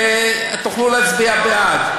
ותוכלו להצביע בעד.